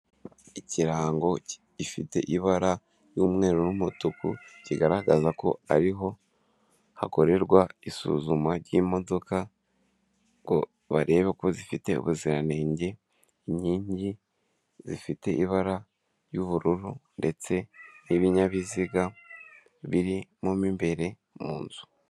Ikirango ifite ibara ry'umweru n'umutuku kigaragaza ko ariho hakorerwa isuzuma ry'imodoka ngo barebe ko zifite ubuziranenge inkingi zifite ibara ry'ubururu ndetse n'ibinyabiziga biri mo imbere mu nzu.